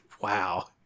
wow